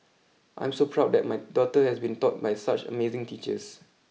I'm so proud that my daughter has been taught by such amazing teachers